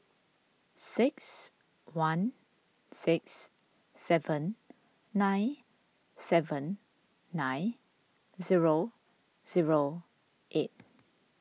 six one six seven nine seven nine zero zero eight